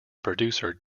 producer